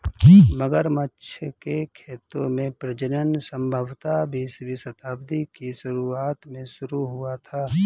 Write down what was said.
मगरमच्छ के खेतों में प्रजनन संभवतः बीसवीं शताब्दी की शुरुआत में शुरू हुआ था